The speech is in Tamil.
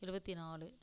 எழுபத்தி நாலு